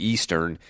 Eastern